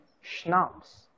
schnapps